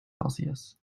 celsius